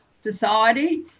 society